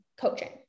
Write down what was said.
coaching